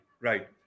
right